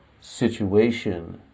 situation